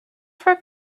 for